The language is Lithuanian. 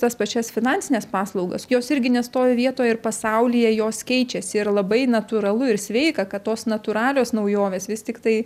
tas pačias finansines paslaugas jos irgi nestovi vietoje ir pasaulyje jos keičiasi ir labai natūralu ir sveika kad tos natūralios naujovės vis tiktai